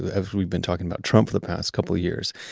as we've been talking about trump for the past couple of years,